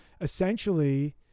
essentially